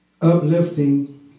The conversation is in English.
uplifting